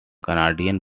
canadian